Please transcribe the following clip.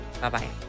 Bye-bye